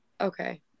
Okay